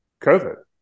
covid